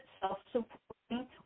self-supporting